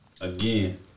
Again